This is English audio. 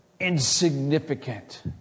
insignificant